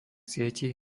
sietí